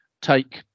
Take